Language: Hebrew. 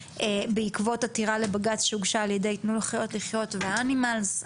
בעקבות עתירה לבג"צ שהוגשה על ידי 'תנו לחיות לחיות' ואנימלס,